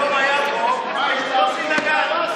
היום היה פה יוסי דגן,